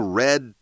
red